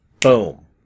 Boom